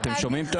המדינה נשרפת.